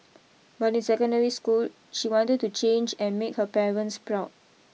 but in secondary school she wanted to change and make her parents proud